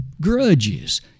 grudges